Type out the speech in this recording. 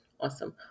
awesome